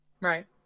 Right